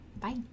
bye